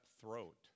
throat